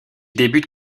débute